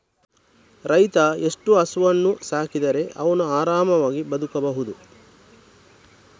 ರೈತ ಎಷ್ಟು ಹಸುವನ್ನು ಸಾಕಿದರೆ ಅವನು ಆರಾಮವಾಗಿ ಬದುಕಬಹುದು?